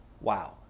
Wow